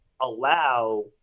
allow